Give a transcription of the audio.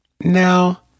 Now